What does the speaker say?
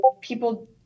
people